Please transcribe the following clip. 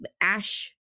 ash